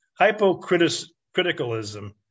hypocriticalism